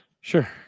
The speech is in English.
sure